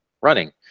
Running